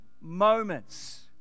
moments